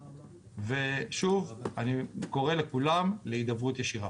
שוב, אני קורא לכולם להידברות ישירה.